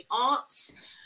arts